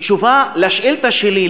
תשובה לשאילתה שלי,